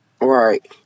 Right